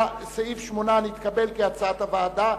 7 נתקבל כהצעת הוועדה.